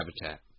habitat